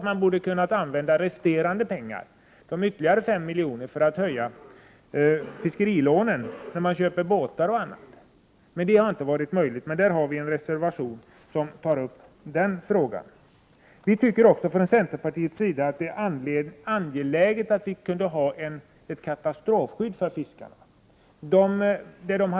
Man borde kunna använda resterande pengar, 5 milj.kr., för att höja fiskerilånen, som är avsedda att användas vid köp av båtar m.m. Det har inte varit möjligt att få gehör för det förslaget i utskottet, men vi har en reservation till betänkandet som tar upp den frågan. Centern anser också att det är angeläget att ha ett katastrofskydd för den som ägnar sig åt fiske.